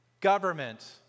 government